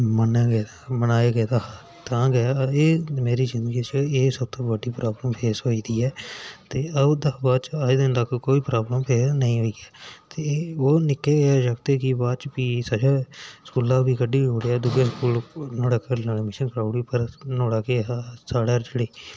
मन्नेआ गेदा हा मनाया गेदा हा तां गै एह् मेरी जिंदगी च एह् सब तू बड्डी प्राॅब्लम फेस होई दी ऐ ते उस दिन चा बाद च अज्ज दिन तक्क कोई प्रॉब्लम फेस नेईं होई ऐ ते ओह् निक्के जागतै गी बाद च फ्ही सज़ा स्कूला बी कड्ढी ओड़ेआ ते दूआ स्कूल नुहाड़े घरें आह्लें एडमिशन करा ओड़ी नुहाड़ा केह् हा साढ़े जेह्ड़े